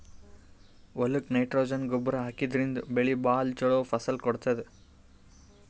ಹೊಲಕ್ಕ್ ನೈಟ್ರೊಜನ್ ಗೊಬ್ಬರ್ ಹಾಕಿದ್ರಿನ್ದ ಬೆಳಿ ಭಾಳ್ ಛಲೋ ಫಸಲ್ ಕೊಡ್ತದ್